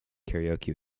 karaoke